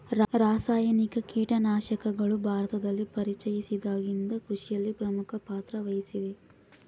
ರಾಸಾಯನಿಕ ಕೇಟನಾಶಕಗಳು ಭಾರತದಲ್ಲಿ ಪರಿಚಯಿಸಿದಾಗಿನಿಂದ ಕೃಷಿಯಲ್ಲಿ ಪ್ರಮುಖ ಪಾತ್ರ ವಹಿಸಿವೆ